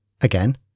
Again